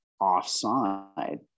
offside